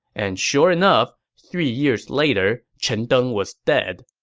and sure enough, three years later, chen deng was dead.